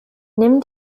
nimm